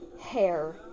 hair